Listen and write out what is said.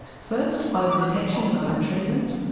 first over-detection and over-treatment,